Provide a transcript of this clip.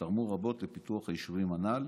שתרמו רבות לפיתוח היישובים הנ"ל